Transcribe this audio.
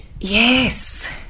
Yes